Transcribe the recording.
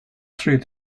through